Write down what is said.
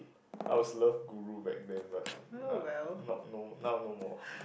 I was love guru back then but nah not now no more